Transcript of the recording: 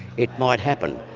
it might happen.